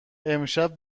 امشب